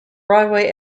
broadway